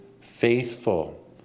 faithful